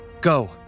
Go